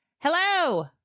Hello